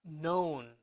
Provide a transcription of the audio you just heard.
known